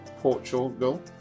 Portugal